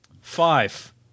Five